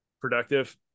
productive